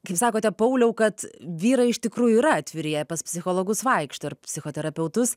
kaip sakote pauliau kad vyrai iš tikrųjų yra atviri jie pas psichologus vaikšto ir psichoterapeutus